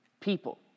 people